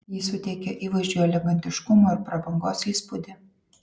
ji suteikia įvaizdžiui elegantiškumo ir prabangos įspūdį